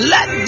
Let